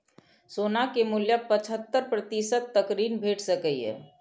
सोना के मूल्यक पचहत्तर प्रतिशत तक ऋण भेट सकैए